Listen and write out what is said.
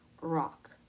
rock